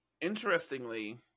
interestingly